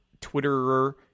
Twitterer